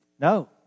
No